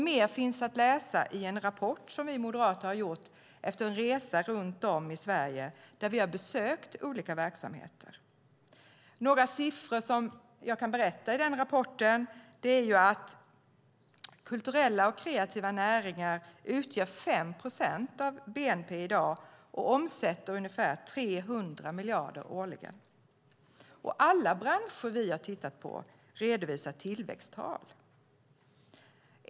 Mer finns att läsa i en rapport som vi moderater har gjort efter en resa runt om i Sverige då vi har besökt olika verksamheter. Jag kan nämna några siffror i denna rapport. De kulturella och kreativa näringarna utgör i dag 5 procent av bnp och omsätter omkring 300 miljarder årligen. Alla branscher som vi har tittat på redovisar tillväxttal.